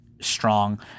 strong